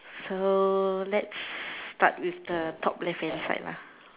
so let's start with the top left hand side lah